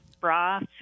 broth